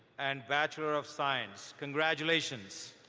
and master of sciences. congratulations.